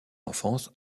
enfance